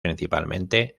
principalmente